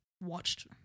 watched